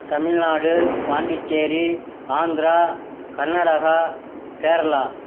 Tamil Nadu Pondicherry Andhra Karnataka Kerala